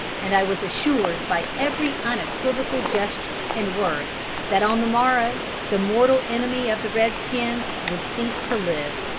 and i was assured by every unequivocal gesture and word that on the morrow the mortal enemy of the red skins would cease to live.